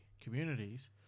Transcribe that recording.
communities